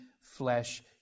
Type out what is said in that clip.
flesh